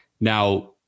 now